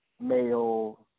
male